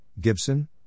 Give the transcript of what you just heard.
Gibson